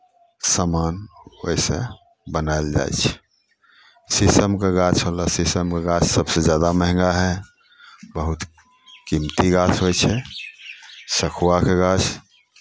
सामान ओहिसँ बनायल जाइ छै शीशमके गाछ भेलह शीशमके गाछ सभसँ जादा महंगा हइ बहुत कीमती गाछ होइ छै सखुआके गाछ